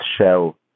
Shell